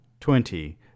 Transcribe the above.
twenty